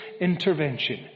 intervention